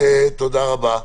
תודה רבה.